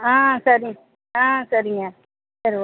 ஆ சரி ஆ சரிங்க சரி ஓக்